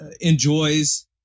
enjoys